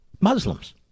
Muslims